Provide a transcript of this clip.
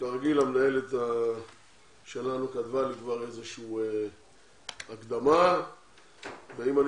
כרגיל המנהלת שלנו כתבה לי איזה שהיא הקדמה ואם אני